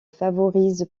favorise